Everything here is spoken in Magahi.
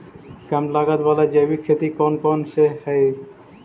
कम लागत वाला जैविक खेती कौन कौन से हईय्य?